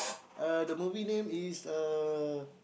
uh the movie name is uh